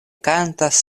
kantas